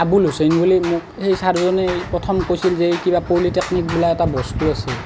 আবুল হুছেইন বুলি মোক এই চাৰজনেই প্ৰথম কৈছিল যে এই কিবা পলিটেকনিক বোলা এটা বস্তু আছে